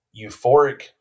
euphoric